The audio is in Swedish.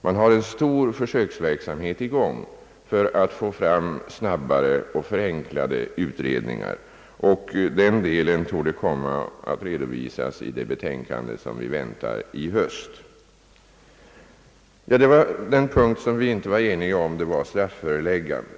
Man har en stor försöksverksamhet i gång för att få fram snabbare och förenklade utredningar. Denna del torde komma att redovisas i det betänkande, som vi väntar till hösten. Den punkt beträffande vilken vi inte var eniga gällde alltså strafföreläggandet.